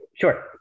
Sure